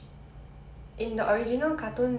hmm